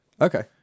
Okay